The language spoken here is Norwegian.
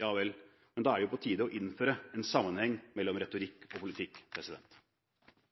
Ja vel, men da er det på tide å innføre en sammenheng mellom